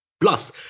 Plus